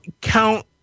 count